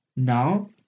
Now